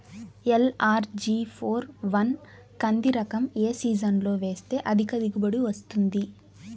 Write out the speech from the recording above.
LRG four one కంది రకం ఏ సీజన్లో వేస్తె అధిక దిగుబడి వస్తుంది?